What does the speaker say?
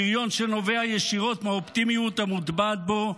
פריון שנובע ישירות מהאופטימיות המוטבעת בו,